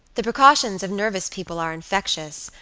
the precautions of nervous people are infectious,